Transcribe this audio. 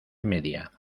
media